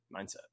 mindset